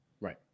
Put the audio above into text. right